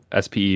SPE